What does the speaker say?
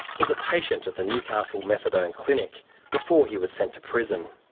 was a patient at the newcastle methadone clinic before he was sent to prison.